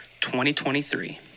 2023